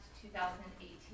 2018